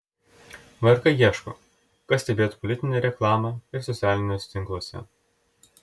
vrk ieško kas stebėtų politinę reklamą ir socialiniuose tinkluose